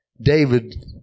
David